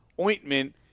ointment